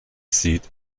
seat